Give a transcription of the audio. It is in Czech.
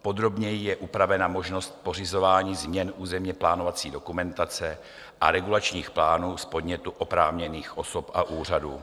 Podrobněji je upravena možnost pořizování změn územněplánovací dokumentace a regulačních plánů z podnětu oprávněných osob a úřadů.